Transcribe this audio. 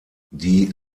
die